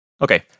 Okay